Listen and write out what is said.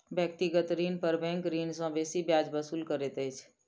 व्यक्तिगत ऋण पर बैंक ऋणी सॅ बेसी ब्याज वसूल करैत अछि